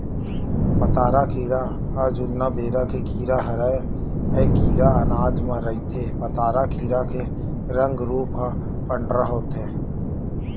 पताड़ा कीरा ह जुन्ना बेरा के कीरा हरय ऐ कीरा अनाज म रहिथे पताड़ा कीरा के रंग रूप ह पंडरा होथे